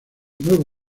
nuevo